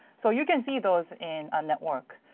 so you can see those in a network.